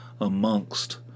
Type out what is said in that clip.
amongst